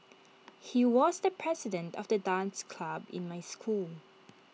he was the president of the dance club in my school